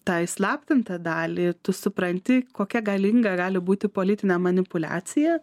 tą įslaptintą dalį tu supranti kokia galinga gali būti politinė manipuliacija